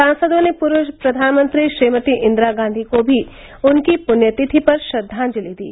सांसदों ने पूर्व प्रधानमंत्री श्रीमती इंदिरा गांधी को भी उनकी प्ण्यतिथि पर श्रद्वांजलि दी